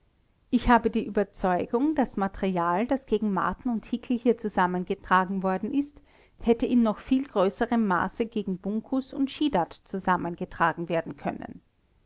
ich habe die überzeugung das material das gegen marten und hickel hier zusammengetragen worden ist hätte in noch viel größerem maße gegen bunkus und schiedat zusammengetragen werden können